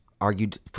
argued